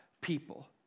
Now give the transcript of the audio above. people